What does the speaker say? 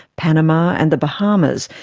panama and the bahamas,